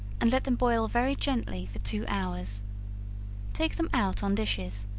and let them boil very gently for two hours take them out on dishes,